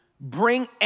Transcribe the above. Bring